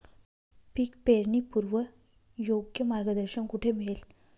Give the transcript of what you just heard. पीक पेरणीपूर्व योग्य मार्गदर्शन कुठे मिळेल?